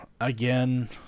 again